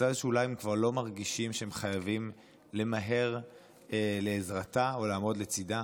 ישראל שאולי הם כבר לא מרגישים שהם חייבים למהר לעזרתה או לעמוד לצידה.